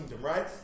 right